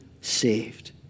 saved